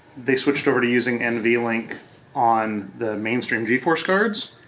they switched over to using nv link on the mainstream g-force cards